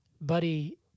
Buddy